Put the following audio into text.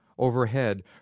Overhead